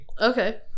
Okay